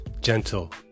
gentle